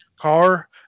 car